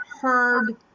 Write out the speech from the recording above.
heard